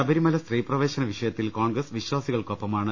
ശബരിമല സ്ത്രീപ്രവേശന വിഷയത്തിൽ കോൺഗ്രസ് വിശ്വാസികൾക്കൊപ്പമാണ്